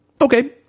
Okay